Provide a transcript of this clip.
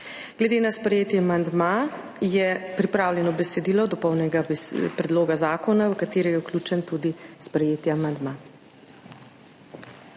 Glede na sprejeti amandma je pripravljeno besedilo dopolnjenega predloga zakona, v katerega je vključen tudi sprejeti amandma.